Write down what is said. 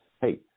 hey